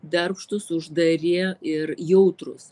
darbštūs uždari ir jautrūs